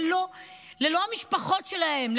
ללא המשפחות שלהם,